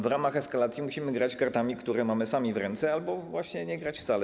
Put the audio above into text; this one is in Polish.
W ramach eskalacji musimy grać kartami, które mamy sami w ręce, albo właśnie nie grać wcale.